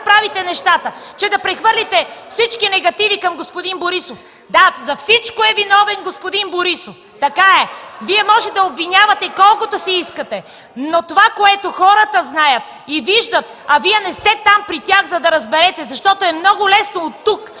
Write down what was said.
направите нещата, че да прехвърлите всички негативи към господин Борисов. Да, за всичко е виновен господин Борисов. Така е! Вие можете да обвинявате колкото си искате, но това, което хората знаят и виждат, а Вие не сте при тях, за да разберете, защото е много лесно от тук,